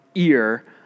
ear